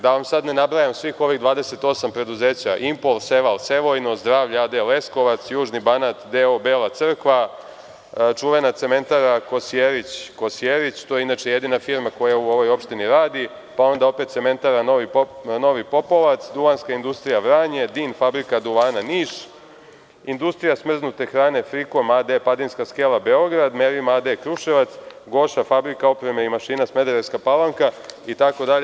Da vam sad ne nabrajam svih ovih 28 preduzeća: „Impol Seval“ Sevojno, „Zdravlje a.d. Leskovac“, „Južni Banat d.o. Bela Crkva“, cementara „Kosjerić“ Kosjerić, to je inače jedina firma koja u ovoj opštini radi, cementara Novi Popovac, Duvanska industrija Vranje, DIN fabrika duvana Niš, industrija smrznute hrane „Frikom a.d. Padinska Skela“ Beograd, „Merima a.d. Kruševac“, „Goša“ fabrika opreme i mašina Smederevska Palanka itd.